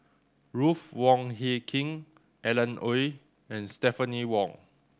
Ruth Wong Hie King Alan Oei and Stephanie Wong